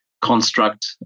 construct